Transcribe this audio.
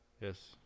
Yes